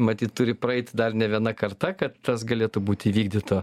matyt turi praeit dar ne viena karta kad tas galėtų būt įvykdyta